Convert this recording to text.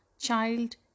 child